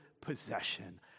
possession